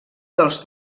dels